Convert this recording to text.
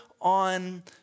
on